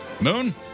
Moon